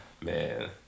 Man